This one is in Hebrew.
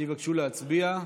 שיבקשו להצביע.